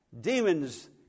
Demons